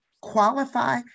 qualify